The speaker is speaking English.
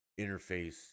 interface